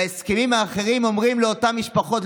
ובהסכמים האחרים אומרים לאותן משפחות,